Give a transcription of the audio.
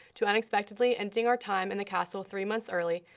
to unexpectedly ending our time in the castle three months early,